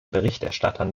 berichterstattern